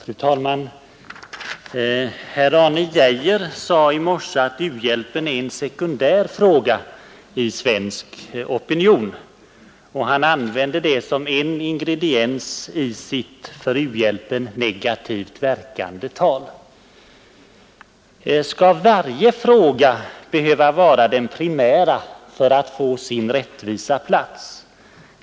Fru talman! Herr Arne Geijer sade i morse att u-hjälpen är en sekundär fråga i svensk opinion, och han använde det som en ingrediens i sitt för u-hjälpen negativt verkande anförande. Skall varje fråga behöva vara den primära för att få sin rättvisa plats?